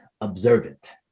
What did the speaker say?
observant